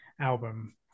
album